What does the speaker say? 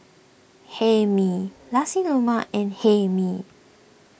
Hae Mee Nasi Lemak and Hae Mee